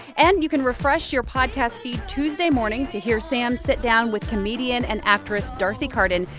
and you can refresh your podcast feed tuesday morning to hear sam sit down with comedian and actress d'arcy carden.